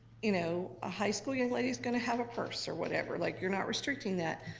you know a high school young lady's gonna have a purse or whatever, like you're not restricting that,